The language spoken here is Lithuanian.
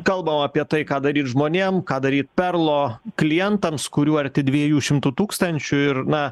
kalbam apie tai ką daryt žmonėm ką daryt perlo klientams kurių arti dviejų šimtų tūkstančių ir na